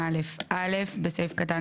מה זאת אומרת הרשות לא הפעילה את הסמכות?